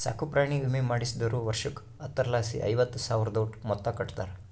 ಸಾಕುಪ್ರಾಣಿ ವಿಮೆ ಮಾಡಿಸ್ದೋರು ವರ್ಷುಕ್ಕ ಹತ್ತರಲಾಸಿ ಐವತ್ತು ಸಾವ್ರುದೋಟು ಮೊತ್ತ ಕಟ್ಟುತಾರ